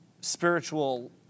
spiritual